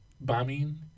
Bombing